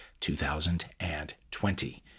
2020